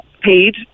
paid